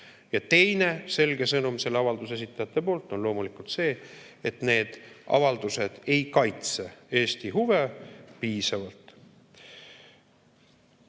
Ja teine selge sõnum selle avalduse esitajate poolt on loomulikult see, et need avaldused ei kaitse Eesti huve piisavalt.